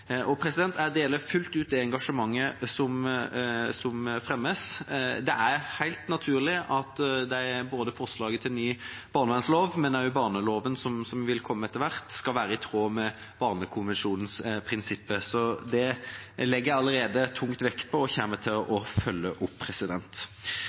og barnevernloven. Jeg deler fullt ut det engasjementet som fremmes. Det er helt naturlig at forslaget til ny barnevernlov, og også barneloven som vil komme etter hvert, skal være i tråd med barnekonvensjonens prinsipper. Det legger jeg allerede tung vekt på og kommer til